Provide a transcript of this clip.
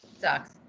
sucks